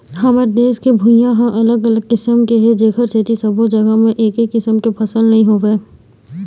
हमर देश के भुइंहा ह अलग अलग किसम के हे जेखर सेती सब्बो जघा म एके किसम के फसल नइ होवय